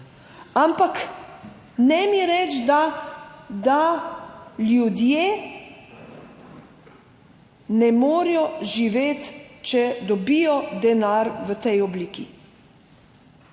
Ne mi reči, da ljudje ne morejo živeti, če dobijo denar v tej obliki.